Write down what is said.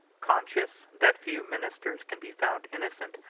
conscious that few ministers can be found innocent,